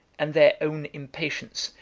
and their own impatience,